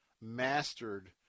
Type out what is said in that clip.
mastered